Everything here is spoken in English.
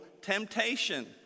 temptation